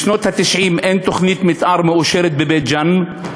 משנות ה-90 אין תוכנית מתאר מאושרת בבית-ג'ן.